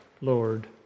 Lord